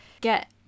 get